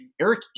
Eric